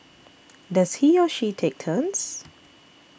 does he or she take turns